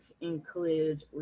includes